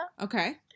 Okay